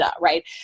right